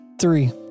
Three